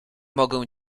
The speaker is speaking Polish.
mogę